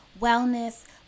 wellness